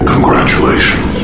Congratulations